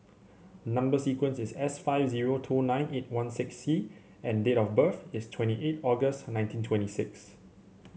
number sequence is S five zero two nine eight one six C and date of birth is twenty eight August nineteen twenty six